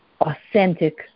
authentic